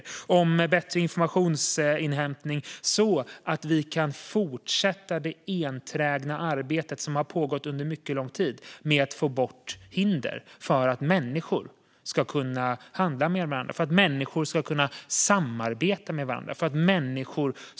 Det handlar om bättre informationsinhämtning så att vi kan fortsätta det enträgna arbetet som har pågått under mycket lång tid med att få bort hinder för att människor ska kunna handla med varandra, samarbeta med varandra och kunna bidra till varandras välstånd världen över.